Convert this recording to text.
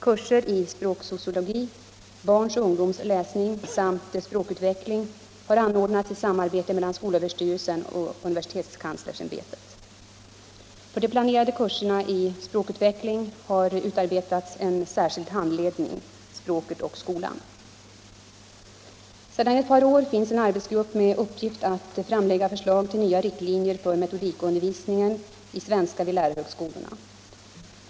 Kurser i språksociologi, barns och ungdoms läsning samt språkutveckling har anordnats i samarbete mellan skolöverstyrelsen och universitetskanslersämbetet. För de planerade kurserna i språkutveckling har utarbetats en särskild handledning, Språket och skolan. Sedan ett par år finns en arbetsgrupp med uppgift att framlägga förslag till nya riktlinjer för metodikundervisningen i svenska vid lärarhögskolorna.